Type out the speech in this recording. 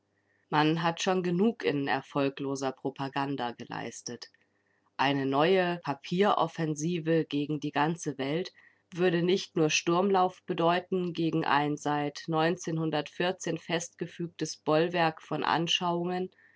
man hat schon genug in erfolgloser propaganda geleistet eine neue papieroffensive gegen die ganze welt würde nicht nur sturmlauf bedeuten gegen ein seit festgefügtes bollwerk von anschauungen